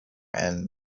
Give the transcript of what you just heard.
and